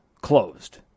closed